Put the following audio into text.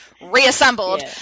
reassembled